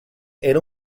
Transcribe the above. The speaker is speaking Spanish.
era